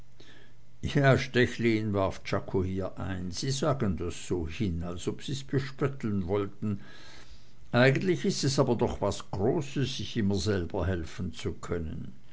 stechlin warf czako hier ein sie sagen das so hin als ob sie's bespötteln wollten eigentlich ist es doch aber was großes sich immer selber helfen zu können